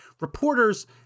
reporters